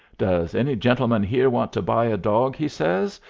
does any gentleman here want to buy a dog, he says,